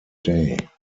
day